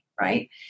right